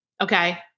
Okay